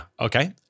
Okay